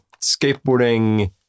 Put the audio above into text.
skateboarding